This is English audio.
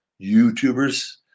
YouTubers